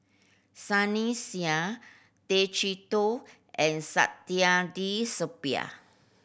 Sunny Sia Tay Chee Toh and Saktiandi Supaat